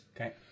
Okay